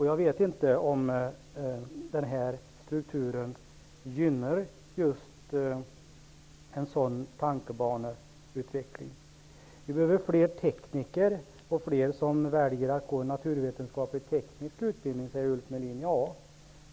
Jag vet inte om den här strukturen gynnar just en sådan tankebaneutveckling. Vi behöver fler tekniker och fler som väljer naturvetenskaplig-teknisk utbildning, sade Ulf Melin.